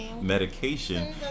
Medication